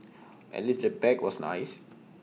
at least the bag was nice